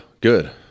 Good